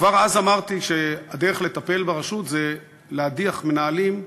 וכבר אז אמרתי שהדרך לטפל ברשות זה להדיח מנהלים,